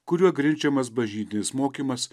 kuriuo grindžiamas bažnytinis mokymas